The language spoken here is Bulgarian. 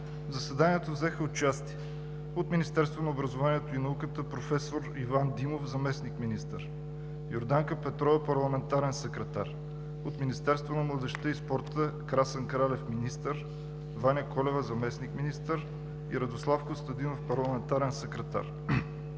заседанието взеха участие: от Министерство на образованието и науката професор Иван Димов – заместник-министър, Йорданка Петрова – парламентарен секретар, от Министерство на младежта и спорта – Красен Кралев – министър, Ваня Колева – заместник-министър, и Радослав Костадинов – парламентарен секретар,